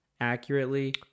accurately